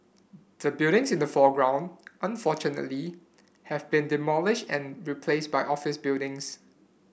the buildings in the foreground unfortunately have been demolished and replaced by office buildings